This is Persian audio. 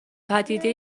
پدیده